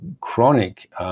chronic